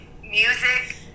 music